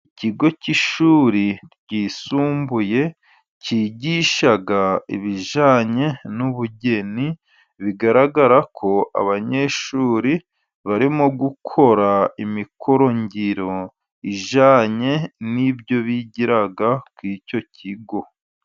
Ikigo cy'ishuri ryisumbuye cyigisha ibijyanye n'ubugeni, bigaragara ko abanyeshuri barimo gukora imikorongiro ijyanye n'ibyo bigira kuri icyo kigo.